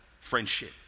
friendship